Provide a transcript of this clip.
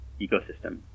ecosystem